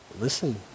listen